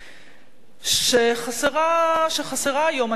שחסרה היום, מנהיגות של פעם,